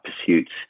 pursuits